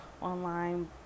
online